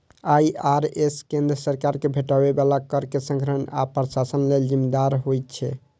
IRS केंद्र सरकार कें भेटै बला कर के संग्रहण आ प्रशासन लेल जिम्मेदार होइ छै